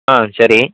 ஆ சரி